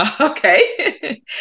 Okay